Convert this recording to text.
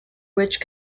which